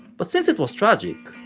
but since it was tragic,